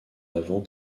avant